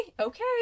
okay